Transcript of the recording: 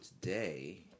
today